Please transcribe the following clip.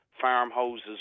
farmhouses